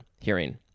hearing